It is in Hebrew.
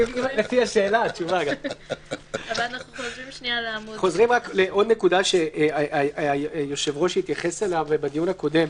אנחנו חוזרים לעוד נקודה שהיושב-ראש התייחס אליה בדיון הקודם.